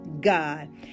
God